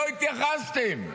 לא התייחסתם.